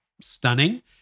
stunning